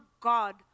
God